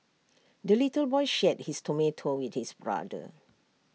the little boy shared his tomato with his brother